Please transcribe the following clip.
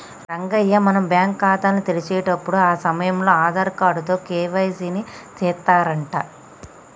రంగయ్య మనం బ్యాంకు ఖాతాని తెరిచేటప్పుడు ఆ సమయంలో ఆధార్ కార్డు తో కే.వై.సి ని సెత్తారంట